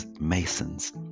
Masons